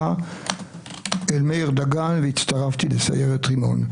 אל מאיר דגן והצטרפתי לסיירת רימון.